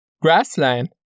Grassland